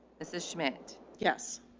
is this schmidt. yes.